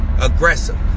Aggressive